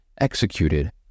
executed